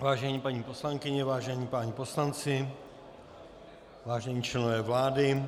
Vážené paní poslankyně, vážení páni poslanci, vážení členové vlády.